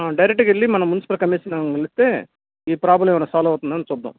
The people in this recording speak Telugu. డైరెక్ట్గా వెళ్ళి మనం మున్సిపల్ కమిషన్ను కలిస్తే ఈ ప్రాబ్లమ్ ఏమైనా సాల్వ్ అవుతుందేమో చూద్దాము